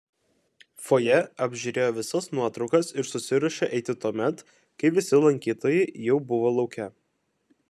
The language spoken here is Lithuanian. fojė apžiūrėjo visas nuotraukas ir susiruošė eiti tuomet kai visi lankytojai jau buvo lauke